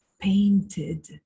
painted